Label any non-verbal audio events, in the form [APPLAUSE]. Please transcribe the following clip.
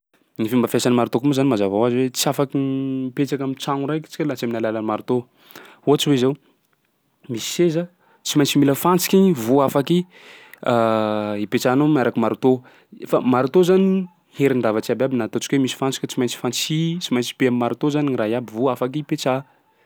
Ny fomba fiasan'ny marteau koa moa zany mazava hoazy hoe tsy afaky [HESITATION] mipetsaky am'tragno raiky tsika laha tsy amin'ny alalan'ny marteau. Ohatsy hoe zao misy seza, tsy maintsy mila fantsiky igny vao afaky [HESITATION] ipetsahanao miaraky marteau, efa- marteau zany gny herin-javatsa abiaby na ataontsika hoe misy fantsiky eo tsy maintsy fantsihy, tsy maintsy pehy am'marteau zany raha iaby vao afaky ipetsaha.